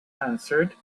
answered